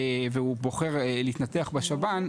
והוא בוחר להתנתח בשב"ן,